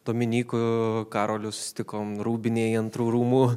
dominyku karoliu susitikom rūbinėj antrų rūmų